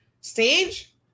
stage